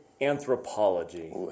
anthropology